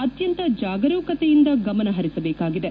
ಅತ್ತಂತ ಜಾಗರೂಕತೆಯಿಂದ ಗಮನಹರಿಸಬೇಕಾಗಿದೆ